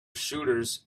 shooters